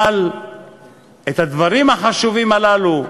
אבל את הדברים החשובים הללו,